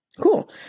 Cool